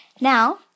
Now